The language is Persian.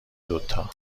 دوتا